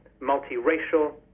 multiracial